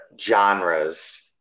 genres